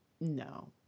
No